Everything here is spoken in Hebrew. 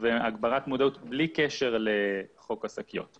והגברת המודעות בלי קשר לחוק השקיות.